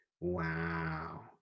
wow